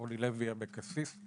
אורלי לוי אבקסיס,